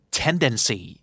tendency